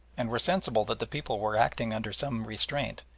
and were sensible that the people were acting under some restraint,